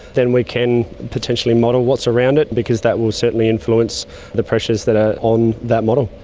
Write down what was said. then we can potentially model what's around it because that will certainly influence the pressures that are on that model.